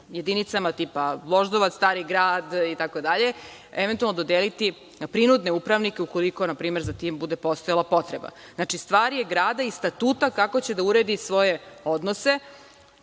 jedinicama tipa Voždovac, Stari Grad, itd. eventualno dodeliti prinudne upravnike, ukoliko npr. za tim bude postojala potreba. Znači, stvar je grada i statuta kako će da uredi svoje odnose.